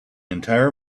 entire